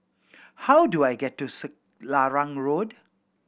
how do I get to Selarang Road